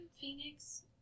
Phoenix